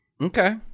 okay